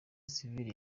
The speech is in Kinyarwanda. sivile